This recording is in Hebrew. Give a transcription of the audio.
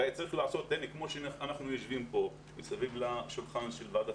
כמו שאנחנו יושבים כאן מסביב לשולחן של ועדת